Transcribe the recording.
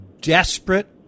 desperate